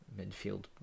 midfield